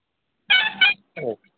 औ